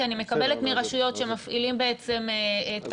כי אני מקבלת מרשויות שמפעילים תרבות